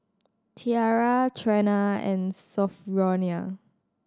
Tiarra Trena and Sophronia